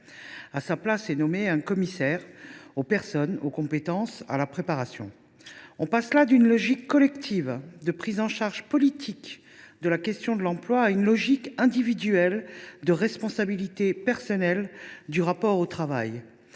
à sa place est nommé un commissaire « chargée des personnes, des compétences et de la préparation ». On passe là d’une logique collective de prise en charge politique de la question de l’emploi à une logique individuelle de responsabilité personnelle du rapport au travail.